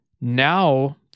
now